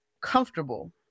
comfortable